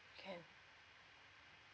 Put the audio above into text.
can